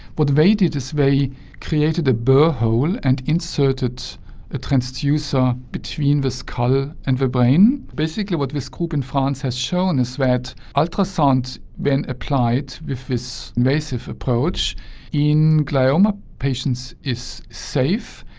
what they did is they created a bore hole and inserted a transducer between the skull and the brain. basically what this group in france has shown is that ultrasound when applied with this invasive approach in glioma patients is safe,